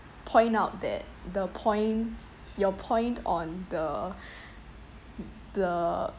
point out that the point your point on the the